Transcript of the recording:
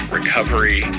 Recovery